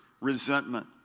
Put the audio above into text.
resentment